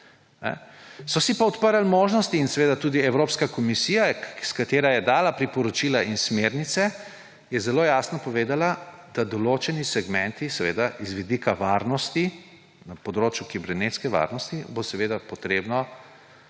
So si pa odprli možnosti in seveda tudi Evropska komisija, katera je dala priporočila in smernice, je zelo jasno povedala, da določene segmente, seveda z vidika varnosti, na področju kibernetske varnosti bo seveda potrebno